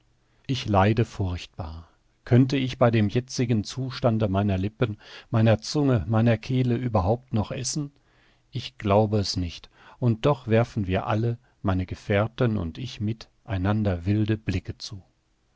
ich leide furchtbar könnte ich bei dem jetzigen zustande meiner lippen meiner zunge meiner kehle überhaupt noch essen ich glaube es nicht und doch werfen wir alle meine gefährten und ich mit einander wilde blicke zu